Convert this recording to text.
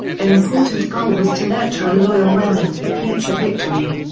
an important goal was to nurture a loyal remnant for future victory.